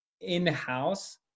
in-house